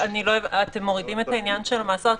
אתם מורידים את העניין של המאסר?